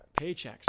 paychecks